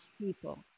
people